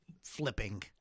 flipping